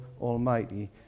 Almighty